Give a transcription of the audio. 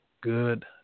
good